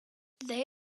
they